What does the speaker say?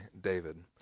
David